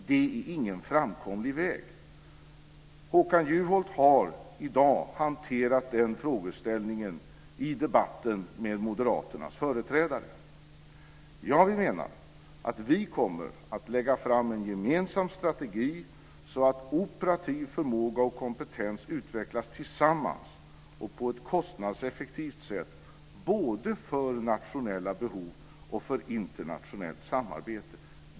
Det är ingen framkomlig väg. Håkan Juholt har i dag hanterat den frågeställningen i debatten med Moderaternas företrädare. Jag menar att vi kommer att lägga fram en gemensam strategi så att operativ förmåga och kompetens utvecklas tillsammans och på ett kostnadseffektivt sätt både för nationella behov och för internationellt samarbete.